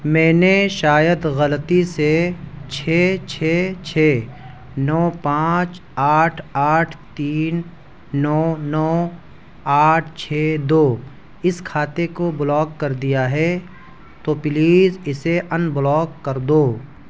میں نے شاید غلطی سے چھ چھ چھ نو پانچ آٹھ آٹھ تین نو نو آٹھ چھ دو اس کھاتے کو بلاک کر دیا ہے تو پلیز اسے انبلاک کر دو